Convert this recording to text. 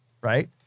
Right